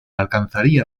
alcanzaría